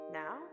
now